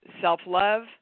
self-love